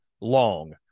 long